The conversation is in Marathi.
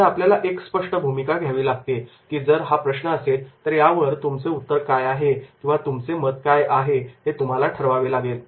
इथे आपल्याला एक स्पष्ट भूमिका घ्यावी लागते की जर हा प्रश्न असेल तर यावर तुमचे काय उत्तर आहे किंवा तुमचे काय मत आहे हे तुम्हाला ठरवावे लागेल